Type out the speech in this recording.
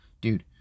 Dude